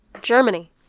Germany